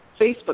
Facebook